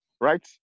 right